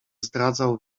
zdradzał